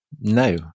No